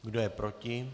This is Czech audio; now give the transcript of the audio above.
Kdo je proti?